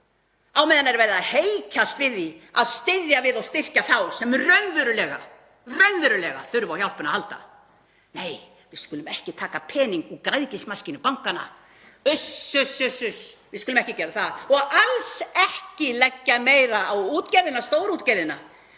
á meðan verið er að heykjast við að styðja við og styrkja þá sem raunverulega þurfa á hjálp að halda? Nei, við skulum ekki taka peninga úr græðgismaskínu bankanna. Uss, uss, uss, við skulum ekki gera það. Og alls ekki leggja meira á stórútgerðina,